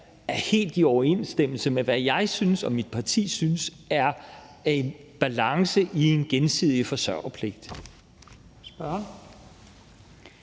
er helt i overensstemmelse med, hvad jeg synes og mit parti synes er en balance i en gensidig forsørgerpligt.